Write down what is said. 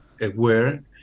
aware